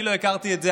אני לא הכרתי את זה,